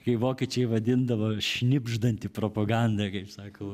kai vokiečiai vadindavo šnibždanti propaganda kaip sako